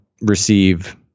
receive